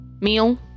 meal